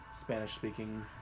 Spanish-speaking